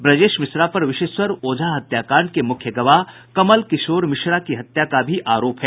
ब्रजेश मिश्रा पर विशेश्वर ओझा हत्याकांड के मुख्य गवाह कमल किशोर मिश्रा की हत्या का भी आरोप है